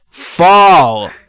fall